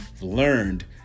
learned